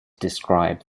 describe